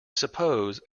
suppose